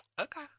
Okay